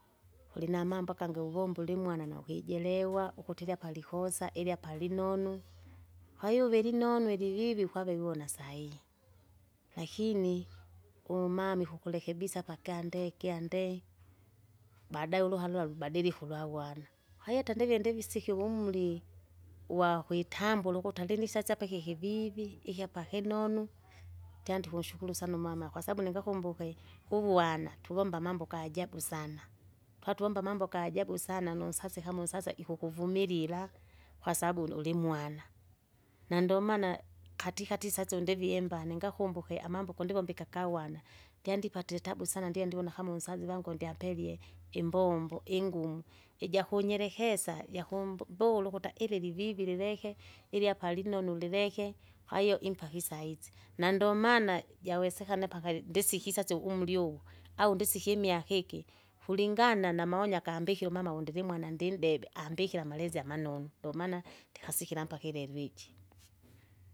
kulinamambo akangi uvomba ulimwana naukijelewa ukuti iliyapa likosa iliapa linonu, kwahiyo uvelinonu ilivi kwave vivona sahihi, lakini umama ikukulekebisa pakyande kyande, baadae uluha lula lubadilike ulwagwana, kwahiyo hata ndive ndivisiki vumri uwakwitambula ukuti alinasasya ikikivivi ikiapa kinonu, ndyandinkushukuru umama kwasabu ningakumbuke, uvuana tuvomba amambo gajabu sana. Twatuvomba amambo gajabu sana nunsasi kama unsasi ikukuvumilila, kwasabu unu- ulimwana, na ndomana katikati sasa undivie imbane ngakumbuke amambo kundivomba kakawana, ndyandipatie itabu sana ndie ndivona kama unsasi vangu ndyapelie, imbombo ingumu, ijakunyerekesa jakumbu mbula ukuta ililivivi ilyapa linonu lileke kwahiyo impaka isaizi nandomana jawesekana mpakali ndisikisasye umri uvu, nisikimyaka iki, kulingana namaonyo akambikire umama vondilimwana ndindebe ambikile amalezi amanonu ndomaana ndoikasikira mpaka ilelu iji.